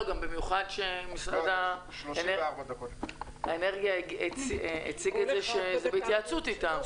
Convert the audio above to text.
גם במיוחד שמשרד האנרגיה הציג את זה שזה בהתייעצות אתם.